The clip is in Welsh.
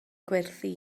gwerthu